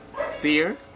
fear